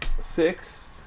Six